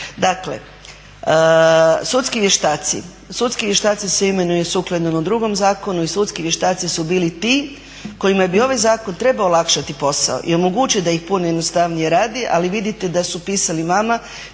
Dakle, sudski vještaci. Sudski vještaci se imenuju sukladno jednom drugom zakonu i sudski vještaci su bili ti kojima bi ovaj zakon trebao olakšati posao i omogućiti da ih puno jednostavnije radi, ali vidite da su pisali vama,